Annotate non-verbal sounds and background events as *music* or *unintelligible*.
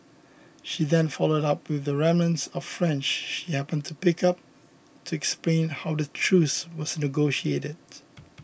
she then followed up with remnants of French *unintelligible* she happened to pick up to explain how the truce was negotiated